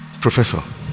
professor